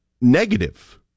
negative